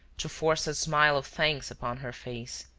to force a smile of thanks upon her face.